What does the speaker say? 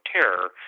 terror